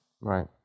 Right